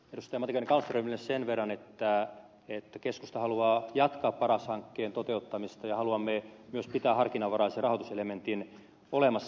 matikainen kallströmille sen verran että keskusta haluaa jatkaa paras hankkeen toteuttamista ja haluamme myös pitää harkinnanvaraisen rahoituselementin olemassa